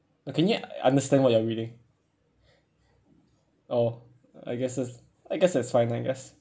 no can you understand what you are reading oh I guess that's I guess that's fine I guess